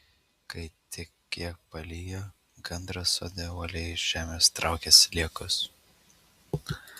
kai tik kiek palijo gandras sode uoliai iš žemės traukė sliekus